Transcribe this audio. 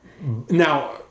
Now